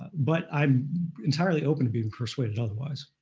but i'm entirely open to being persuaded otherwise.